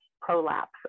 prolapse